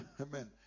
amen